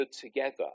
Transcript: together